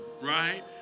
right